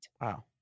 Wow